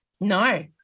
No